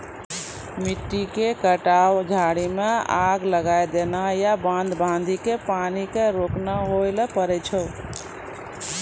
मिट्टी के कटाव, झाड़ी मॅ आग लगाय देना या बांध बांधी कॅ पानी क रोकना होय ल पारै छो